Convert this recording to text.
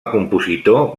compositor